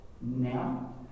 now